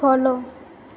follow